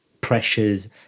pressures